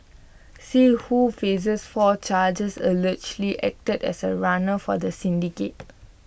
see who faces four charges allegedly acted as A runner for the syndicate